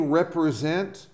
represent